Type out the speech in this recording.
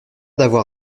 d’avoir